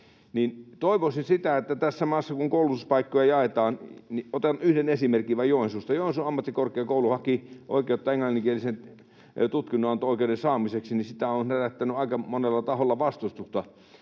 toivoisin, että tässä maassa kun koulutuspaikkoja jaetaan... Otan yhden esimerkin vain Joensuusta. Kun Joensuun ammattikorkeakoulu haki oikeutta englanninkielisen tutkinnonanto-oikeuden saamiseksi, niin se herätti aika monella taholla vastustusta.